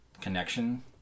connection